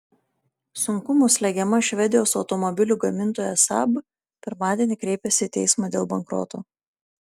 sunkumų slegiama švedijos automobilių gamintoja saab pirmadienį kreipėsi į teismą dėl bankroto